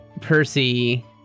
Percy